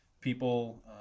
People